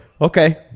Okay